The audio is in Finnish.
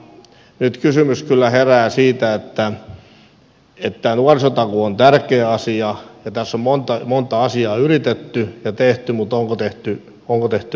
nyt kysymys kyllä herää siitä että nuorisotakuu on tärkeä asia ja tässä on monta asiaa yritetty ja tehty mutta onko tehty riittävästi